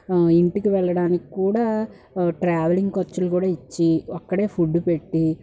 ఇంటికి వెళ్లడానికి కూడా ట్రావెలింగ్ ఖర్చులు కూడా ఇచ్చి అక్కడే ఫుడ్ పెట్టి